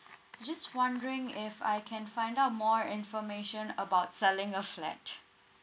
just wondering if I can find out more information about selling a flat